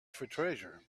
treasure